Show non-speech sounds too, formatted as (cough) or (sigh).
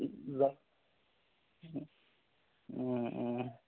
(unintelligible)